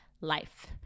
life